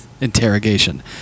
interrogation